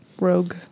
rogue